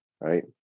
right